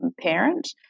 parent